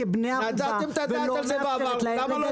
נתתם את הדעת על זה בעבר,